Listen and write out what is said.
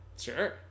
sure